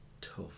tough